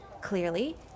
clearly